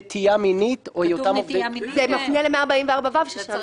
נטייה מינית --- זה מפנה לסעיף 144(ו) ששם מדובר על הנטייה.